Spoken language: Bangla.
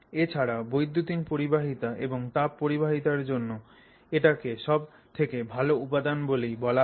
এ ছাড়াও বৈদ্যুতিন পরিবাহিতা এবং তাপ পরিবাহিতার জন্য এটাকে সব থেকে ভালো উপাদান বলেই ধরা হয়